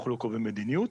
אנחנו לא קובעים מדיניות,